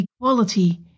equality